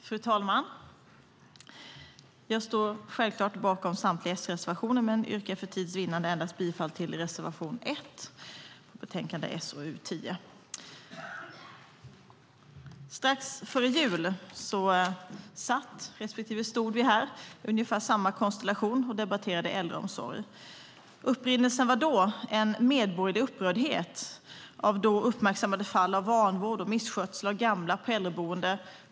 Fru talman! Jag står självklart bakom samtliga S-reservationer, men för tids vinnande yrkar jag bifall endast till reservation 1 i betänkande SoU10. Strax före jul satt och stod vi, ungefär samma konstellation, här och debatterade äldreomsorg. Upprinnelsen var då en medborgerlig upprördhet över uppmärksammade fall av vanvård och misskötsel av gamla på äldreboenden.